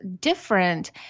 different